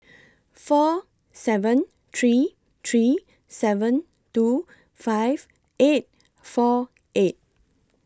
four seven three three seven two five eight four eight